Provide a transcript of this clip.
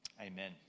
Amen